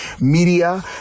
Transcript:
media